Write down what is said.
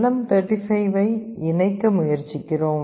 M 35 ஐ இணைக்க முயற்சிக்கிறோம்